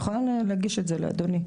אני יכולה להגיש את זה לאדוני,